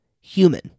human